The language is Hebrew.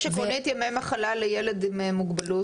יש עקרונית ימי מחלה לילד עם מוגבלות.